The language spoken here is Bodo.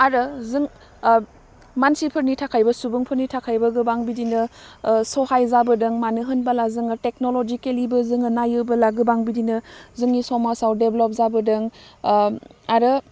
आरो जों ओह मानसिफोरनि थाखायबो सुबुंफोरनि थाखायबो गोबां बिदिनो ओह सहाय जाबोदों मानो होनबोला जोङो टेक्नलजिकेलिबो जोङो नायोबोला जोङो गोबां बिदिनो जोंनि समाजाव डेभलाब जाबोदों ओह आरो